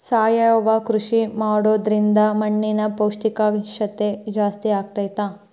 ಸಾವಯವ ಕೃಷಿ ಮಾಡೋದ್ರಿಂದ ಮಣ್ಣಿನ ಪೌಷ್ಠಿಕತೆ ಜಾಸ್ತಿ ಆಗ್ತೈತಾ?